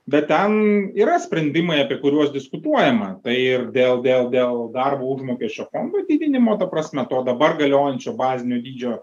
bet ten yra sprendimai apie kuriuos diskutuojama tai ir dėl dėl dėl darbo užmokesčio fondo didinimo ta prasme to dabar galiojančio bazinio dydžio